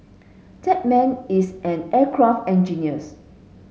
that man is an aircraft engineers